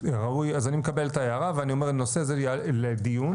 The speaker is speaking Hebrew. אז אני מקבל את ההערה ואני אומר שנושא זה יעלה לדיון,